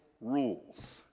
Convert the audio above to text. rules